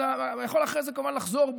הוא כמובן יכול אחרי זה לחזור בו.